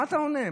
מה אתה עונה?